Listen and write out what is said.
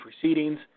proceedings